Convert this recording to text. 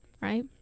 right